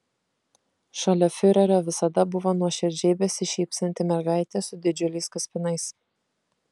šalia fiurerio visada buvo nuoširdžiai besišypsanti mergaitė su didžiuliais kaspinais